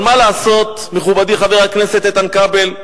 אבל מה לעשות, מכובדי חבר הכנסת איתן כבל,